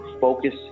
focus